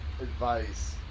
advice